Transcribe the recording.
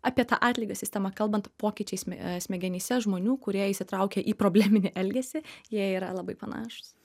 apie tą atlygio sistemą kalbant pokyčiai sme ee smegenyse žmonių kurie įsitraukia į probleminį elgesį jie yra labai panašūs